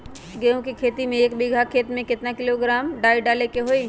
गेहूं के खेती में एक बीघा खेत में केतना किलोग्राम डाई डाले के होई?